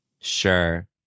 Sure